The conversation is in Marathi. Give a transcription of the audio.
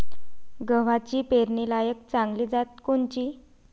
गव्हाची पेरनीलायक चांगली जात कोनची?